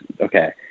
okay